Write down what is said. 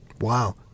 Wow